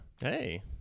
Hey